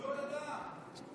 זכויות אדם, אוסאמה.